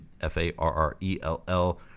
F-A-R-R-E-L-L